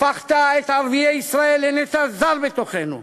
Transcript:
הפכת את ערביי ישראל לנטע זר בתוכנו,